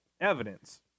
evidence